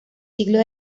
siglos